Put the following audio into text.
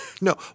no